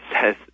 says